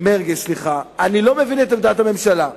אני לא מבין את עמדת הממשלה,